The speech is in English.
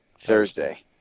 Thursday